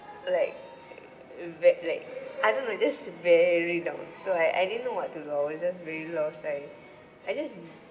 like err ve~ like I don't know just very down so I I didn't know what to do I was just very lost I I just